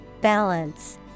Balance